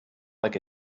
like